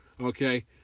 okay